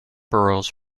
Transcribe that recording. burrows